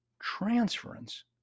transference